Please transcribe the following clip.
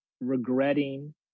regretting